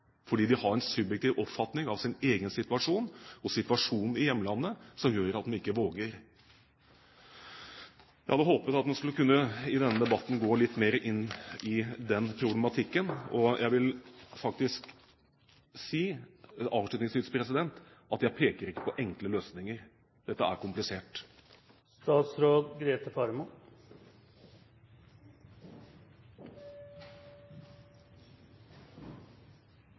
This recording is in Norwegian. fordi de har en subjektiv oppfatning av sin egen situasjon og situasjonen i hjemlandet som gjør at de ikke våger. Jeg hadde håpet at man i denne debatten kunne gå litt mer inn i den problematikken. Jeg vil avslutningsvis si at jeg ikke peker på enkle løsninger, dette er